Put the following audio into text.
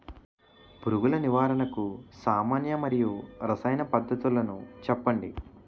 పురుగుల నివారణకు సామాన్య మరియు రసాయన పద్దతులను చెప్పండి?